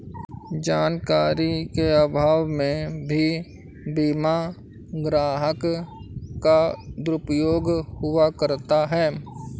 जानकारी के अभाव में भी बीमा ग्राहक का दुरुपयोग हुआ करता है